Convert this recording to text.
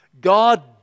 God